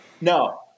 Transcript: No